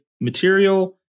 material